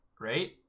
right